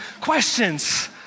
questions